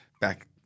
Back